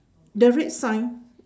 the red sign